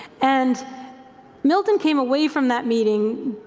and milton came away from that meeting,